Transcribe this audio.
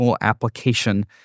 application